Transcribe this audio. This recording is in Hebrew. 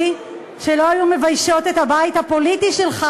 שלא היו מביישות את הבית הפוליטי שלך,